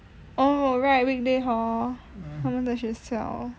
oh right weekday hor 他们在学校